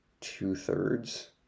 two-thirds